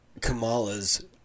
Kamala's